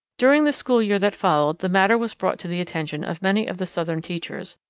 during the school year that followed the matter was brought to the attention of many of the southern teachers,